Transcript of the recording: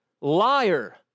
liar